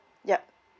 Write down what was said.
yup